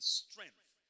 strength